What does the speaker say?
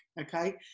okay